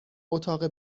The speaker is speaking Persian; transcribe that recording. اتاق